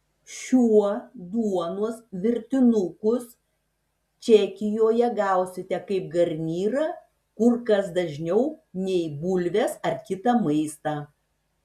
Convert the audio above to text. šiuo duonos virtinukus čekijoje gausite kaip garnyrą kur kas dažniau nei bulves ar kitą maistą